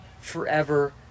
forever